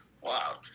Wow